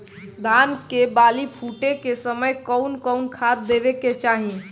धान के बाली फुटे के समय कउन कउन खाद देवे के चाही?